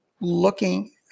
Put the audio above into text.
looking